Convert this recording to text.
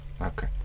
Okay